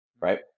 right